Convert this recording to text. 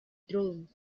throne